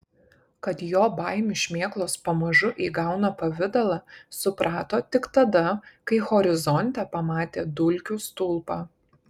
kad jo baimių šmėklos pamažu įgauna pavidalą suprato tik tada kai horizonte pamatė dulkių stulpą